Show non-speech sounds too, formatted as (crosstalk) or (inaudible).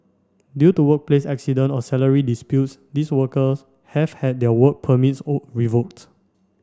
due to workplace accident or salary disputes these workers have had their work permits (unintelligible) revoked